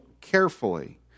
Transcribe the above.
carefully